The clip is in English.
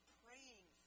praying